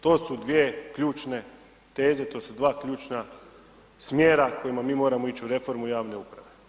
To su dvije ključne teze, to su dva ključna smjera kojima mi moramo ići u reformu javne uprave.